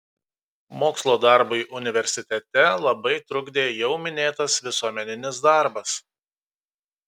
mokslo darbui universitete labai trukdė jau minėtas visuomeninis darbas